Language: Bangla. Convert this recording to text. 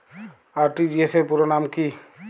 আর.টি.জি.এস পুরো নাম কি?